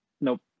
Nope